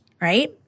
right